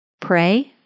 Pray